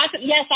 yes